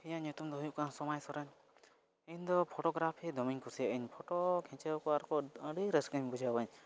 ᱤᱧᱟᱹᱜ ᱧᱩᱛᱩᱢ ᱫᱚ ᱦᱩᱭᱩᱜ ᱠᱟᱱᱟ ᱥᱚᱢᱟᱭ ᱥᱚᱨᱮᱱ ᱤᱧᱫᱚ ᱯᱷᱚᱴᱳᱜᱨᱟᱯᱷᱤ ᱫᱚᱢᱮᱧ ᱠᱩᱥᱤᱭᱟᱜᱼᱟ ᱤᱧ ᱯᱷᱚᱴᱳ ᱠᱷᱤᱪᱟᱹᱣ ᱠᱚ ᱟᱨᱠᱚ ᱟᱹᱰᱤ ᱨᱟᱹᱥᱠᱟᱹᱧ ᱵᱩᱡᱷᱟᱣᱟᱹᱧ